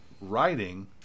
writing